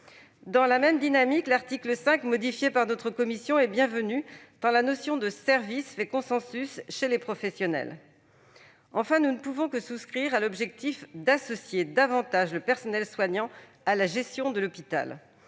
Dans la même dynamique, l'article 5 modifié par la commission est bienvenu tant la notion de « service » fait consensus chez les professionnels. Enfin, nous ne pouvons que souscrire à l'objectif d'associer davantage le personnel soignant à la gestion de l'hôpital,